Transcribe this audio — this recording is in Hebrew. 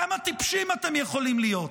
כמה טיפשים אתם יכולים להיות?